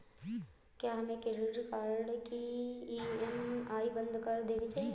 क्या हमें credit card की ई.एम.आई बंद कर देनी चाहिए?